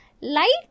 light